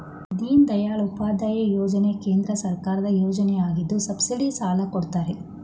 ದೀನದಯಾಳ್ ಉಪಾಧ್ಯಾಯ ಯೋಜನೆ ಕೇಂದ್ರ ಸರ್ಕಾರದ ಯೋಜನೆಯಗಿದ್ದು ಸಬ್ಸಿಡಿ ಸಾಲ ಕೊಡ್ತಾರೆ